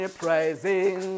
praising